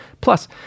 Plus